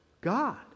God